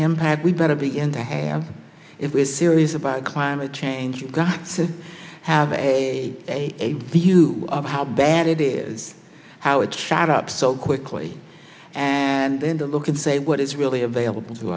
impact we better be in the hands if we're serious about climate change you've got to have a view of how bad it is how it shot up so quickly and then to look and say what is really available to